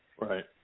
Right